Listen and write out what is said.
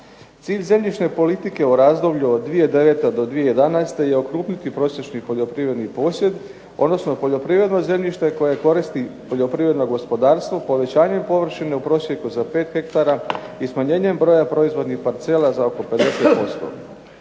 Cilj zemljišne politike u razdoblju od 2009. do 2011. je okrupniti prosječni poljoprivredni posjed, odnosno poljoprivredno zemljište koje koristi poljoprivredno gospodarstvo povećanjem površine u prosjeku za pet hektara i smanjenjem broja proizvodnih parcela za oko 50%.